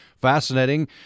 fascinating